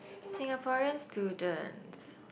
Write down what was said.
Singaporean students